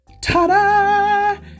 Ta-da